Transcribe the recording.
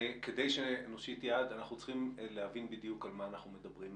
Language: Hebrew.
כדי שנושיט יד אנחנו צריכים להבין בדיוק על מה אנחנו מדברים.